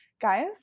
guys